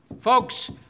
Folks